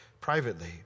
privately